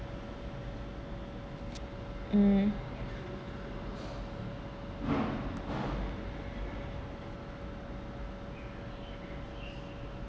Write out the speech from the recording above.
um